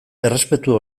errespetu